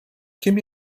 kim